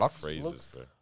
phrases